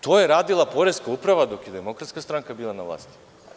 To je radila poreska uprava dok je Demokratska stranka bila na vlasti.